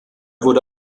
wurde